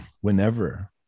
whenever